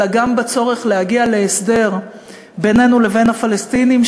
אלא גם בצורך להגיע להסדר בינינו לבין הפלסטינים,